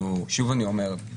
שוב אני אומר,